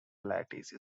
lattice